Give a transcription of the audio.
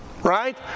right